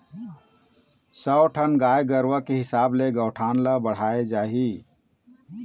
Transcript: सौ ठन गाय गरूवा के हिसाब ले गौठान ल बड़हाय जाही